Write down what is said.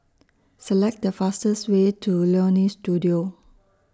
Select The fastest Way to Leonie Studio